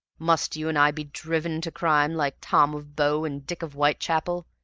must you and i be driven to crime like tom of bow and dick of whitechapel?